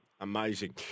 Amazing